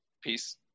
peace